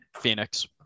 Phoenix